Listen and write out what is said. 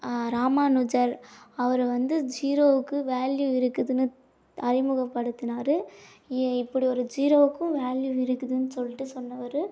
ராமானுஜர் அவரை வந்து ஜீரோவுக்கு வேல்யூ இருக்குதுன்னு அறிமுகம் படுத்துனார் எ இப்படி ஒரு ஜீரோவுக்கும் வேல்யூ இருக்குதுன்னு சொல்லிட்டு சொன்னவர்